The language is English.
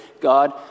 God